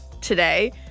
today